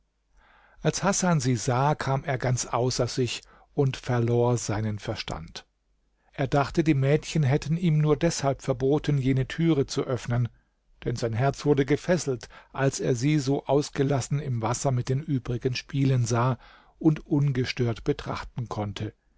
als hasan sie sah kam er ganz außer sich und verlor seinen verstand er dachte die mädchen hätten ihm nur deshalb verboten jene türe zu öffnen denn sein herz wurde gefesselt als er sie so ausgelassen im wasser mit den übrigen spielen sah und ungestört betrachten konnte